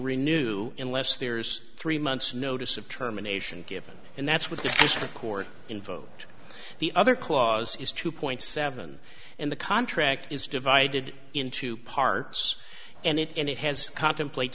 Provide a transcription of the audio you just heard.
renew unless there's three months notice of terminations given and that's what this record invoked the other clause is two point seven in the contract is divided into two parts and it and it has contemplate